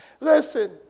Listen